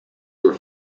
were